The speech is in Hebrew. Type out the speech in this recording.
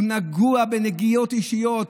הוא נגוע בנגיעות אישיות.